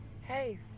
Hey